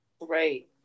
right